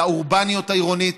טוב לאורבניות העירונית,